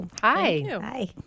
Hi